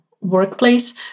workplace